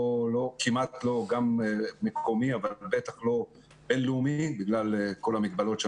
לא מקומי ובטח לא בינלאומי בגלל כל המגבלות.